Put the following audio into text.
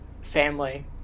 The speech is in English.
family